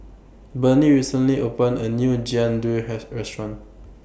Burney recently opened A New Jian Dui has Restaurant